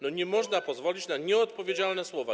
Nie można pozwolić na nieodpowiedzialne słowa.